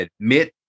admit